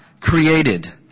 created